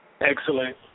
Excellent